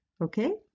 Okay